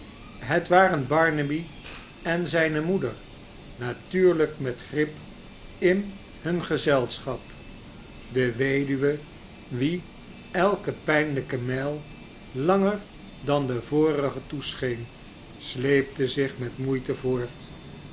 het waren barnaby en zijne moeder natuurlijk met grip in hun gezelschap de weduwe wie elke pijnlijke mijl langer dan de vorige toescheen sleepte zich met moeite voort